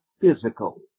physical